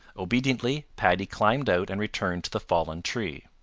obediently paddy climbed out and returned to the fallen tree.